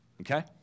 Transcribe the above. Okay